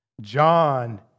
John